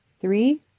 three